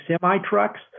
semi-trucks